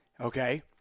okay